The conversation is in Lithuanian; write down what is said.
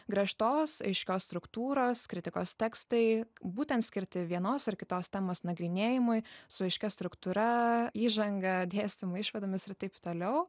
griežtos aiškios struktūros kritikos tekstai būtent skirti vienos ar kitos temos nagrinėjimui su aiškia struktūra įžanga dėstymu išvadomis ir taip toliau